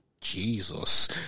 Jesus